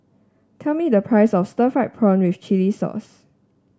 tell me the price of Stir Fried Prawn with Chili Sauce